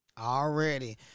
Already